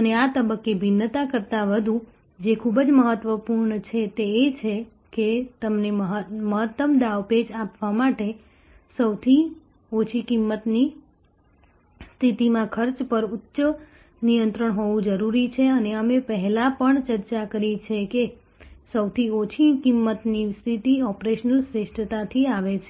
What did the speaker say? અને આ તબક્કે ભિન્નતા કરતાં વધુ જે ખૂબ જ મહત્વપૂર્ણ છે તે એ છે કે તમને મહત્તમ દાવપેચ આપવા માટે સૌથી ઓછી કિંમતની સ્થિતિમાં ખર્ચ પર ઉચ્ચ નિયંત્રણ હોવું જરૂરી છે અને અમે પહેલા પણ ચર્ચા કરી છે કે સૌથી ઓછી કિંમતની સ્થિતિ ઓપરેશનલ શ્રેષ્ઠતાથી આવે છે